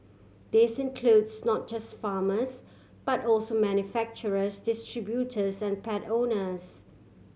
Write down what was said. this includes not just farmers but also manufacturers distributors and pet owners